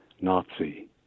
Nazi